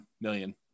million